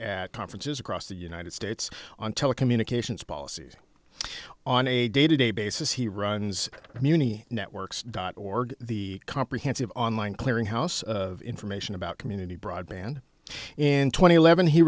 at conferences across the united states on telecommunications policy on a day to day basis he runs community networks dot org the comprehensive online clearinghouse of information about community broadband in tw